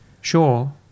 Sure